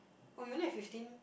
oh you only have fifteen